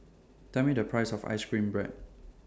Tell Me The Price of Ice Cream Bread